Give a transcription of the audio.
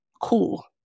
cool